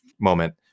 moment